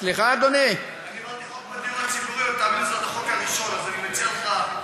הדיור הציבורי, בזמן שרק,